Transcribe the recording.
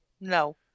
No